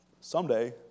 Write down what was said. Someday